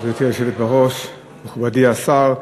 גברתי היושבת בראש, מכובדי השר,